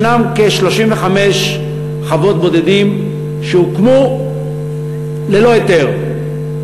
ישנן כ-35 חוות בודדים שהוקמו ללא היתר.